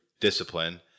discipline